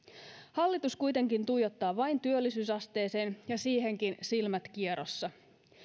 hallitus kuitenkin tuijottaa vain työllisyysasteeseen ja siihenkin silmät kierossa